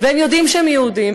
והם יודעים שהם יהודים,